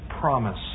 promise